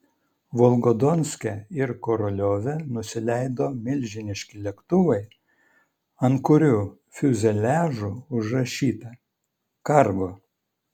volgodonske ir koroliove nusileido milžiniški lėktuvai ant kurių fiuzeliažų užrašyta kargo